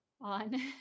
on